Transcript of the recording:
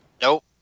Nope